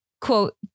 quote